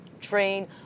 train